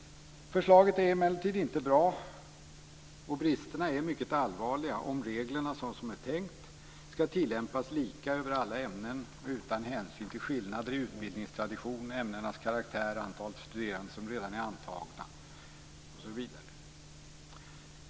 Förslaget är emellertid inte bra. Bristerna är mycket allvarliga om reglerna som det är tänkt skall tillämpas lika över alla ämnen utan hänsyn till skillnader i utbildningstradition, ämnenas karaktär, antalet studerande som redan är antagna osv.